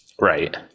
right